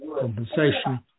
compensation